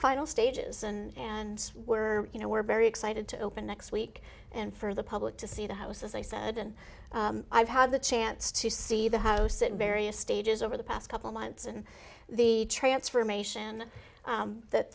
final stages and were you know we're very excited to open next week and for the public to see the house as i said and i've had the chance to see the house in various stages over the past couple months and the transformation that